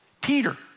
Peter